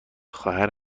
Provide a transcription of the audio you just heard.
خواهر